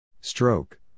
Stroke